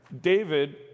David